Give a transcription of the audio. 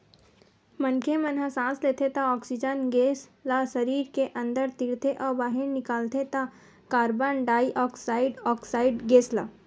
मनखे मन ह सांस लेथे त ऑक्सीजन गेस ल सरीर के अंदर तीरथे अउ बाहिर निकालथे त कारबन डाईऑक्साइड ऑक्साइड गेस ल